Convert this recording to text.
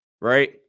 right